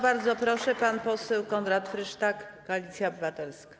Bardzo proszę, pan poseł Konrad Frysztak, Koalicja Obywatelska.